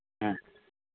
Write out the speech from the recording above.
ஆ